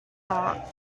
not